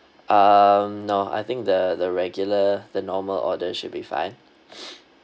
um no I think the the regular the normal order should be fine